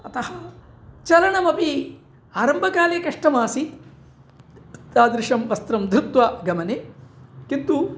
अतः चलनमपि आरम्भकाले कष्टमासीत् तादृशं वस्त्रं धृत्वा गमने किन्तु